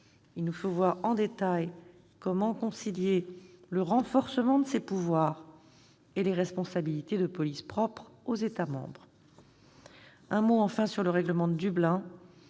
il nous faut voir en détail comment concilier le renforcement de ses pouvoirs et les responsabilités de police propres aux États membres. Je dirai maintenant un mot sur le règlement de Dublin.